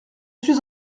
suis